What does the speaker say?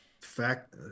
Fact